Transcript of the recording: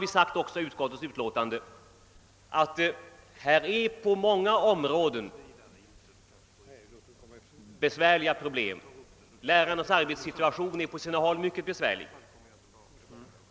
Vi har också i utskottets utlåtande uttalat att det på många områden finns besvärliga problem. Lärarnas arbetssituation är på sina håll mycket besvärlig.